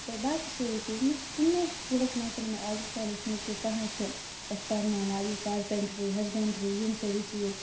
تہٕ باقی سٲری چیٖز مےٚ چھُ نہٕ کُنے سکوٗلس منٛز چھُنہٕ مےٚ آزُک تام وٕچھمُت کہِ کانٛہہ چھِ اَسہِ پَرناوان یہِ کارپینٹری ہَسبینڈری یِم سٲری چیٖز